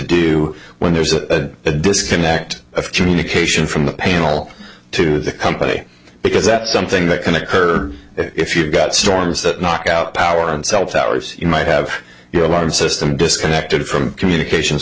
do when there's a disconnect of communication from the panel to the company because that's something that can occur if you've got storms that knock out power and cell towers you might have your alarm system disconnected from communications